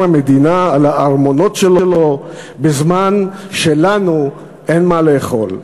המדינה על הארמונות שלו בזמן שלנו אין מה לאכול.